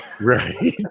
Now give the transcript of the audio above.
Right